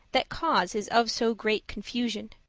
that cause is of so great confusion,